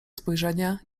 spojrzenia